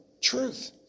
truth